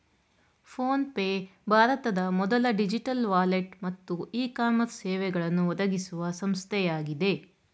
phone pay ಭಾರತದ ಮೊದಲ digital wallet ಮತ್ತು ಇ ಕಾಮರ್ಸ್ ಸೇವೆಗಳನ್ನು ಒದಗಿಸುವ ಸಂಸ್ಥೆಯಾಗಿದೆ